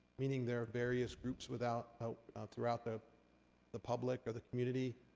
meaning there are various groups without help throughout the the public, or the community.